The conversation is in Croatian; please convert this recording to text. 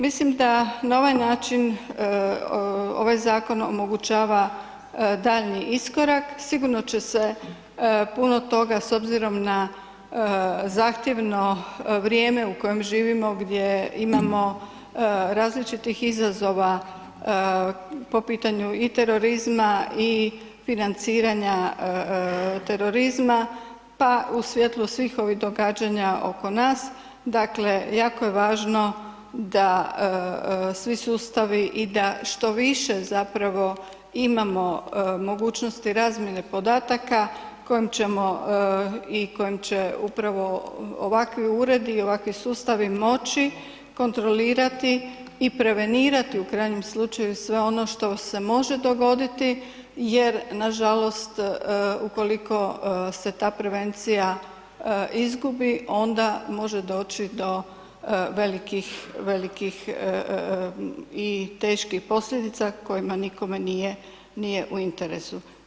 Mislim da na ovaj način ovaj zakon omogućava daljnji iskorak, sigurno će se puno toga s obzirom zahtjevno vrijeme u kojem živimo gdje imamo različitih izazova po pitanju i terorizma i financiranja terorizma pa u svjetlu svih ovih događanja oko nas, dakle jako je važno da svi sustavi i da što više zapravo imamo mogućnosti razmjene podataka kojom ćemo i kojom će upravo ovakvi uredi i ovakvi sustavi moći kontrolirati i prevenirati u krajnjem slučaju sve on što se može dogoditi jer nažalost ukoliko se ta prevencija izgubi onda može doći do velikih i teških posljedica kojima nikome nije u interesu.